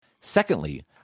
Secondly